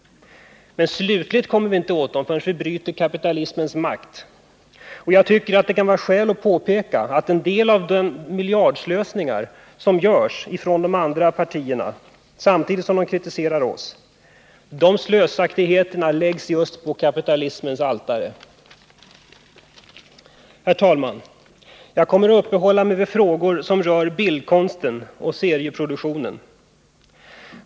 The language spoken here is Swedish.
Men slutligt kommer vi inte åt detta förrän vi bryter kapitalismens makt. Jag tycker det kan vara skäl att påpeka att en del av det miljardslöseri som görs från de andra partierna, samtidigt som de kritiserar oss, läggs just på kapitalismens altare. Herr talman! Jag kommer att uppehålla mig vid frågor som rör bildkonsten och serieproduktionen.